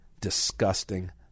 disgusting